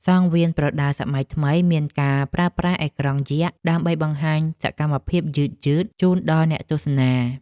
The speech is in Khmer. សង្វៀនប្រដាល់សម័យថ្មីមានការប្រើប្រាស់អេក្រង់យក្ស ដើម្បីបង្ហាញសកម្មភាពយឺតៗជូនដល់អ្នកទស្សនា។